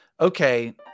okay